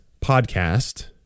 podcast